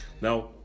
Now